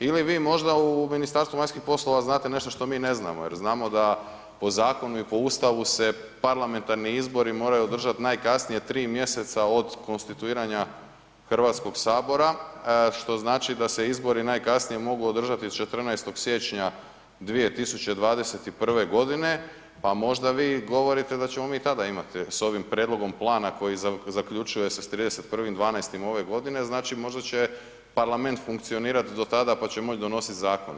Ili vi možda u Ministarstvu vanjskih poslova znate nešto što mi ne znamo jer znamo da po zakonu i po Ustavu se parlamentarni izbori moraju održati najkasnije 3 mjeseca od konstituiranja HS što znači da se izbori najkasnije mogu održati 14. siječnja 2021. g. pa možda vi govorite da ćemo mi tada imati s ovim prijedlogom plana koji zaključuje se 31.12. ove godine, znači možda će parlament funkcionirati do tada pa će moći donositi zakone.